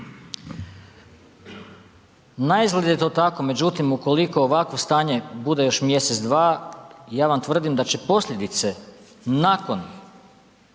Naizgled je to tako. Međutim, ukoliko ovakvo stanje bude još mjesec, dva, ja vam tvrdim da će posljedice nakon